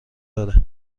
داره